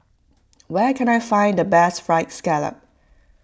where can I find the best Fried Scallop